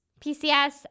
PCS